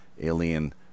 alien